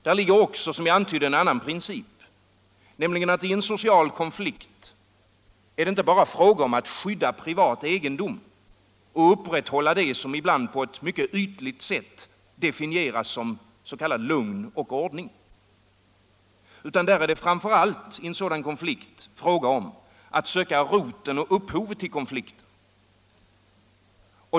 Där ligger också, som jag antydde, en annan princip, nämligen att i en social konflikt är det inte bara fråga om att skydda privat egendom och upprätthålla vad som ibland på ett mycket ytligt sätt definieras som lugn och ordning, utan det är framför allt fråga om att söka roten och upphovet till konflikten.